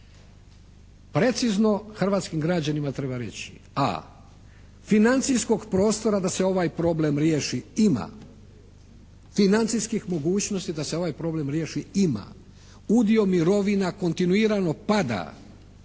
Precizno hrvatskim građanima treba reći: a) financijskog prostora da se ovaj problem riječi ima, financijskih mogućnosti da se ovaj problem riješi ima, udio mirovina kontinuirano pada